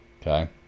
Okay